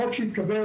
החוק שהתקבל,